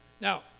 Now